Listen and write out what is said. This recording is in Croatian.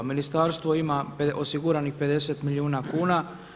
Ministarstvo ima osiguranih 50 milijuna kuna.